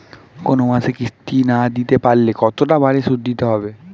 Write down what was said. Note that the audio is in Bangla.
কোন মাসে কিস্তি না দিতে পারলে কতটা বাড়ে সুদ দিতে হবে?